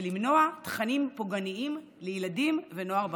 ולמנוע תכנים פוגעניים לילדים ונוער ברשת.